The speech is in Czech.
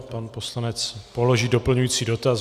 Pan poslanec položí doplňující dotaz.